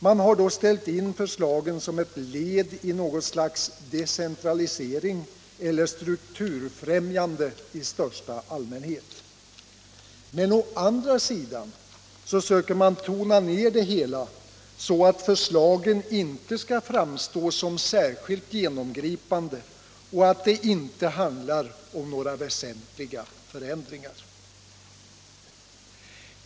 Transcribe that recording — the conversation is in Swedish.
Man har då ställt in förslagen som ett led i något slags decentralisering eller strukturfrämjande i största allmänhet. Å andra sidan söker man tona ned det hela så att förslagen inte skall framstå som särskilt genomgripande och gör gällande att det inte handlar om några väsentliga förändringar.